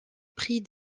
prix